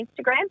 Instagram